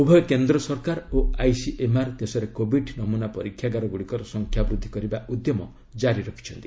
ଉଭୟ କେନ୍ଦ୍ର ସରକାର ଓ ଆଇସିଏମ୍ଆର୍ ଦେଶରେ କୋବିଡ ନମ୍ବନା ପରୀକ୍ଷାଗାର ଗୁଡ଼ିକର ସଂଖ୍ୟା ବୃଦ୍ଧିକରିବା ଉଦ୍ୟମ ଜାରି ରଖିଛନ୍ତି